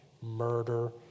murder